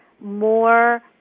more